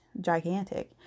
gigantic